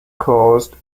caused